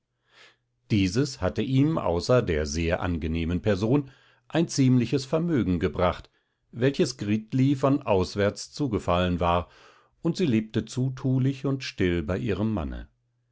dieses hatte ihm außer der sehr angenehmen person ein ziemliches vermögen gebracht welches gritli von auswärts zugefallen war und sie lebte zutulich und still bei ihrem manne